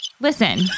listen